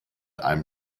einem